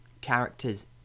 characters